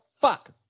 fuck